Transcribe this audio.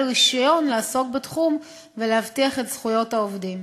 רישיון לעסוק בתחום ולהבטיח את זכויות העובדים.